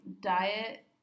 diet